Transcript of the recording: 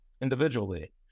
individually